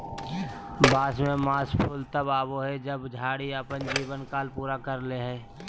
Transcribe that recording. बांस में मास फूल तब आबो हइ जब झाड़ी अपन जीवन काल पूरा कर ले हइ